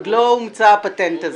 עוד לא הומצא הפטנט הזה.